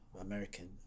American